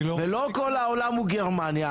לא כל העולם הוא גרמניה.